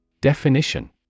Definition